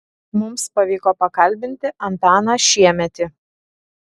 mums pavyko pakalbinti antaną šiemetį